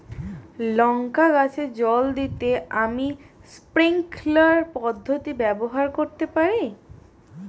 লঙ্কা গাছে জল দিতে আমি স্প্রিংকলার পদ্ধতি ব্যবহার করতে পারি?